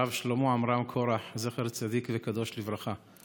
הרב שלמה עמרם קורח, זכר צדיק וקדוש לברכה.